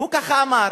הוא ככה אמר.